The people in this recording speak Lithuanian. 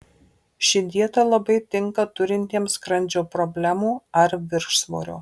ši dieta labai tinka turintiems skrandžio problemų ar viršsvorio